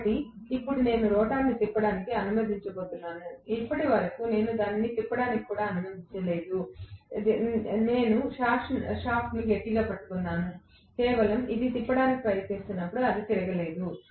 కాబట్టి ఇప్పుడు నేను రోటర్ను తిప్పడానికి అనుమతించబోతున్నాను ఇప్పటి వరకు నేను దానిని తిప్పడానికి కూడా అనుమతించలేదు నేను షాఫ్ట్ను గట్టిగా పట్టుకున్నాను ఇది కేవలం తిప్పడానికి ప్రయత్నిస్తున్నప్పుడు అది తిరగలేదు